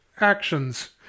actions